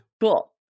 Cool